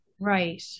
Right